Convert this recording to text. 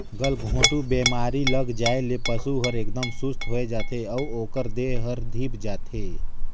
गलघोंटू बेमारी लग जाये ले पसु हर एकदम सुस्त होय जाथे अउ ओकर देह हर धीप जाथे